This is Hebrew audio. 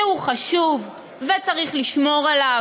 שהוא חשוב וצריך לשמור עליו,